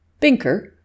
Binker